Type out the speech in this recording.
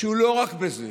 והוא לא רק בזה,